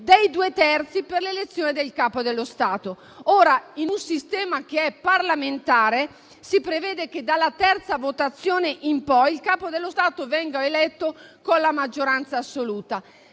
dei due terzi per l'elezione del Capo dello Stato. In un sistema parlamentare si prevede che dalla terza votazione in poi il Capo dello Stato venga eletto con la maggioranza assoluta.